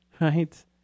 right